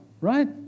right